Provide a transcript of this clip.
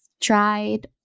tried